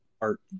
art